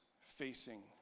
facing